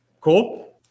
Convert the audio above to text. cool